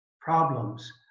problems